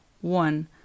one